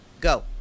go